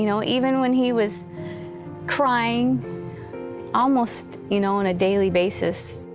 you know even when he was crying almost you know on a daily basis.